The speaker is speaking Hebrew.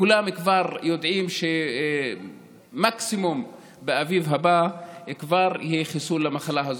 כולם כבר יודעים שמקסימום באביב הבא כבר יהיה חיסון למחלה הזאת.